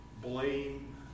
blame